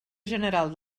general